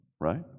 right